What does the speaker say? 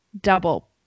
double